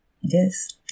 Yes